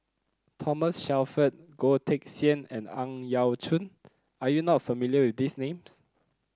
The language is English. Thomas Shelford Goh Teck Sian and Ang Yau Choon are you not familiar with these names